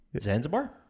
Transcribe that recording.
Zanzibar